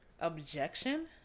Objection